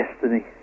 destiny